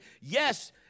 Yes